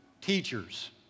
teachers